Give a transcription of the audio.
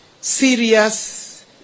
serious